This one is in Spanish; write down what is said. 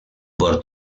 por